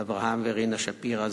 אברהם ורינה שפירא,